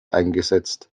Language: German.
eingesetzt